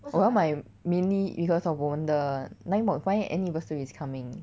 我要买 mainly because of 我们的 nine point five anniversary is coming